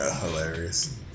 hilarious